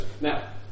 Now